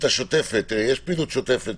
הפעילות השוטפת, יש פעילות שוטפת